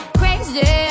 crazy